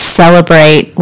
celebrate